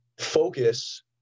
focus